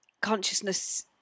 consciousness